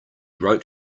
wrote